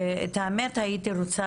את האמת, הייתי רוצה